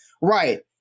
Right